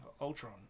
Ultron